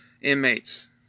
inmates